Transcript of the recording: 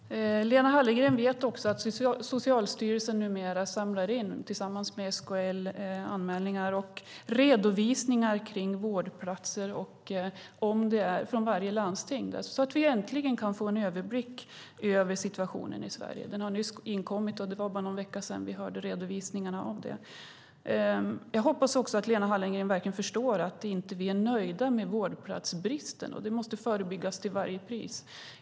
Herr talman! Lena Hallengren vet också att Socialstyrelsen numera tillsammans med SKL samlar in anmälningar och redovisningar kring vårdplatser från varje landsting så att vi äntligen kan få en överblick över situationen i Sverige. Detta har nyss inkommit, och det var bara någon vecka sedan vi hörde redovisningarna av det. Jag hoppas också att Lena Hallengren verkligen förstår att vi inte är nöjda med vårdplatsbristen. Den måste förebyggas till varje pris.